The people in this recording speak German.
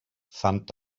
fand